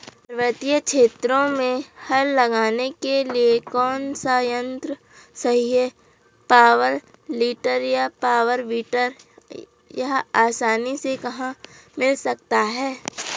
पर्वतीय क्षेत्रों में हल लगाने के लिए कौन सा यन्त्र सही है पावर टिलर या पावर वीडर यह आसानी से कहाँ मिल सकता है?